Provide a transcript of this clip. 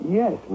yes